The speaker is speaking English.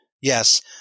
Yes